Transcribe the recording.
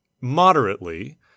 moderately